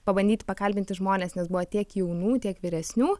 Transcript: pabandyti pakalbinti žmones nes buvo tiek jaunų tiek vyresnių